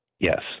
Yes